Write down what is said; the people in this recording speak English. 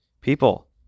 People